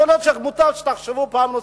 יכול להיות שמוטב שתחשבו פעם נוספת.